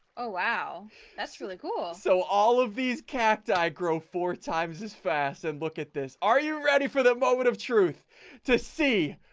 oh wow that's really cool. so all of these cacti i grow four times as fast and look at this are you ready for the moment of truth to see?